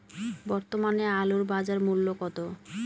বর্তমানে আলুর বাজার মূল্য কত?